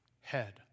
Head